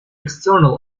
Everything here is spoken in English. external